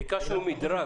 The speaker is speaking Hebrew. ביקשנו מדרג.